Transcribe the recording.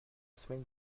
semaine